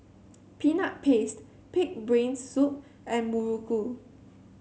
Peanut Paste pig brain soup and muruku